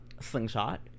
slingshot